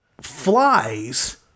flies